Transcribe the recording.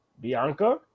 Bianca